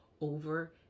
over